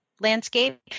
landscape